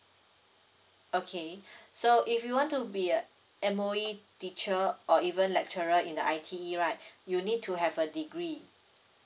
okay so if you want to be a M_O_E teacher or even lecturer in the I_T_E right you need to have a degree